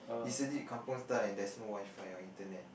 is indeed kampung style and there's no WiFi or internet